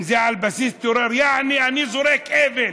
אם זה על בסיס טרור, יעני אני זורק אבן